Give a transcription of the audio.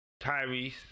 Tyrese